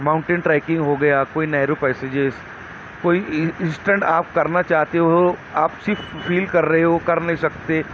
mountain trekking ہو گیا کوئی نیرو پسیجیز کوئی انسٹنٹ آپ کرنا چاہتے ہو آپ صرف فیل کر رہے ہو کر نہیں سکتے